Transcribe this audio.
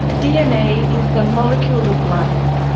dna is the molecule of life.